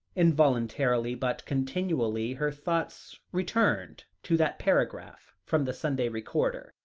involuntarily, but continually, her thoughts returned to that paragraph from the sunday recorder,